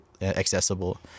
accessible